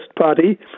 party